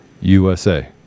USA